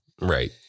Right